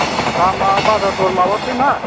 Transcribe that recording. अ' दामआ बाजार दर माबानोसै ना